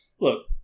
look